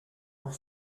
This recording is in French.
pour